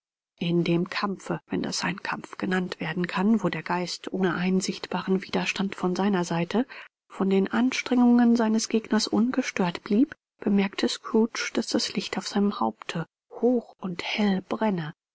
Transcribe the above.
in dem kampfe wenn das ein kampf genannt werden kann wo der geist ohne einen sichtbaren widerstand von seiner seite von den anstrengungen seines gegners ungestört blieb bemerkte scrooge daß das licht auf seinem haupte hoch und hell brenne